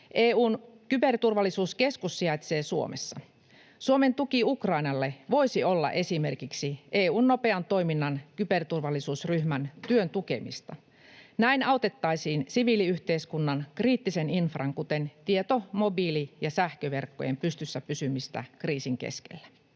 EU:n kyberturvallisuuskeskus sijaitsee Suomessa. Suomen tuki Ukrainalle voisi olla esimerkiksi EU:n nopean toiminnan kyberturvallisuusryhmän työn tukemista. Näin autettaisiin siviiliyhteiskunnan kriittisen infran, kuten tieto-, mobiili- ja sähköverkkojen, pystyssä pysymistä kriisin keskellä.